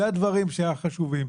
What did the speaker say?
אלה הדברים החשובים,